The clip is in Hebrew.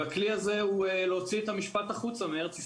והכלי הזה הוא להוציא את המשפט החוצה מארץ ישראל.